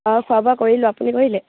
অঁ খোৱা বোৱা কৰিলোঁ আপুনি কৰিলে